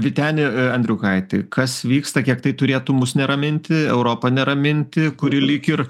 vyteni andriukaiti kas vyksta kiek tai turėtų mus neraminti europą neraminti kuri lyg ir